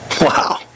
Wow